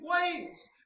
ways